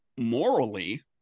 morally